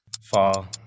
Fall